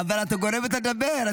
את גורמת לה לדבר.